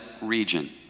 region